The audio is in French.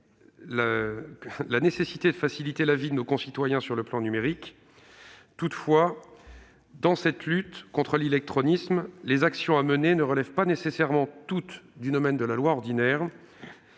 la nécessité de faciliter la vie de nos concitoyens sur le plan numérique. Toutefois, dans cette lutte contre l'illectronisme, les actions à mener ne relèvent pas nécessairement du domaine de la loi ordinaire